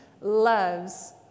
Loves